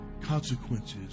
consequences